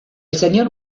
señor